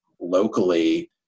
Locally